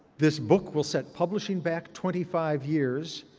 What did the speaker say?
this book will set publishing back twenty five years,